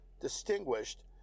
distinguished